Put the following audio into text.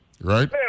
right